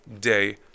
day